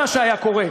מה שהיה קורה,